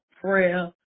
prayer